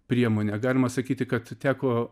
priemonė galima sakyti kad teko